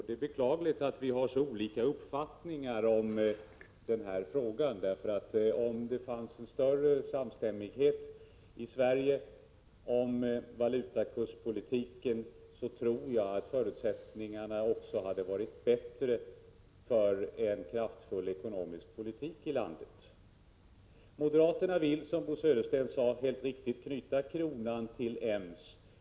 Det är beklagligt att vi har så olika uppfattningar om den här frågan, för om det hade funnits större samstämmighet i Sverige om valutakurspolitiken tror jag att förutsättningarna också hade varit bättre för en kraftfull ekonomisk politik i landet. Moderaterna vill, som Bo Södersten helt riktigt sade, knyta kronan till EMS.